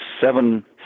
seven